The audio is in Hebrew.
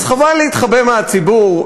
חבל להתחבא מהציבור.